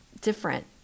different